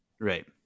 Right